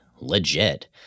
Legit